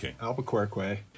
Albuquerque